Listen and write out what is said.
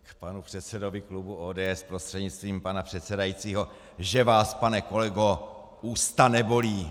K panu předsedovi klubu ODS prostřednictvím pana předsedajícího: Že vás, pane kolego, ústa nebolí!